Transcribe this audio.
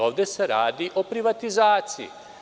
Ovde se radi o privatizaciji.